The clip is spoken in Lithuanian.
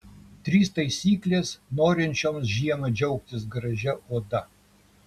trys taisyklės norinčioms žiemą džiaugtis gražia oda